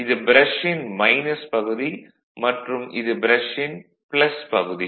இது ப்ரஷின் பகுதி மற்றும் இது ப்ரஷின் பகுதி